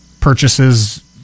purchases –